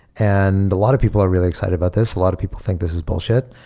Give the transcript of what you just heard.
and a lot of people are really excited about this. a lot of people think this is bullshit.